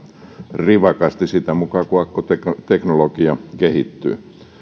rivakasti sitä mukaa kun akkuteknologia kehittyy